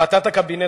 החלטת הקבינט,